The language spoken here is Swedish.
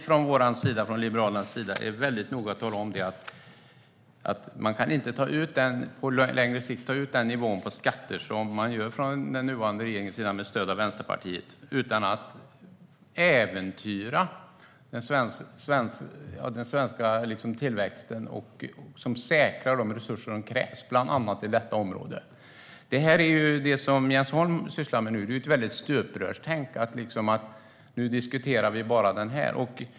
Från Liberalernas sida är vi mycket noga med att tala om att man på längre sikt inte kan ta ut den nivå på skatter som man gör från den nuvarande regeringens sida, med stöd av Vänsterpartiet, utan att äventyra den svenska tillväxten, som säkrar de resurser som krävs, bland annat till detta område. Det Jens Holm sysslar med nu är stuprörstänkande: Nu diskuterar vi bara detta.